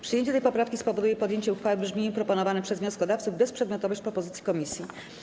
Przyjęcie tej poprawki spowoduje podjęcie uchwały w brzmieniu proponowanym przez wnioskodawców i bezprzedmiotowość propozycji komisji.